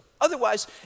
Otherwise